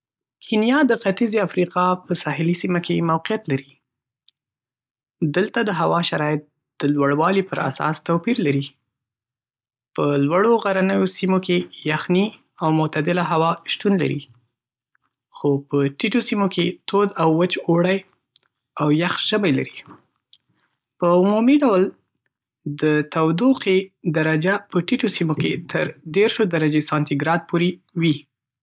کینیا د ختیځی افریقا په ساحلي سیمه کې موقعیت لري. دلته د هوا شرایط د لوړوالي پراساس توپیر لري. په لوړو غرنیو سیمو کې یخنۍ او معتدله هوا شتون لري، خو په ټیټو سیمو کې تود او وچ اوړي او یخ ژمي لري. په عمومي ډول، د تودوخې درجه په ټیټو سیمو کې تر دیرشو درجې سانتي ګراد پورې وي.